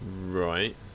Right